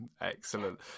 Excellent